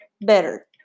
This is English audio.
better